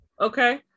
Okay